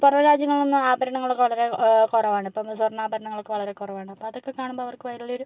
പുറം രാജ്യങ്ങളിൽ നിന്ന് ആഭരണങ്ങൾ വളരെ കുറവാണ് ഇപ്പം സ്വർണ്ണാഭരണങ്ങളൊക്കെ വളരെ കുറവാണ് അപ്പം അതൊക്കെ കാണുമ്പോൾ അവർക്ക് വലിയ ഒരു